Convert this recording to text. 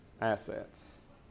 assets